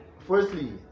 Firstly